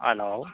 hello